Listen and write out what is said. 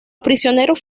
prisioneros